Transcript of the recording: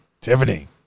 Tiffany